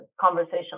conversation